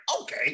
Okay